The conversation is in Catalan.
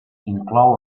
inclou